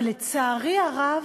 אבל, לצערי הרב,